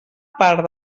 part